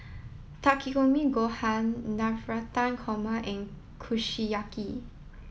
Takikomi Gohan Navratan Korma and Kushiyaki